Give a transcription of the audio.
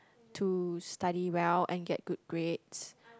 to study well and get good grades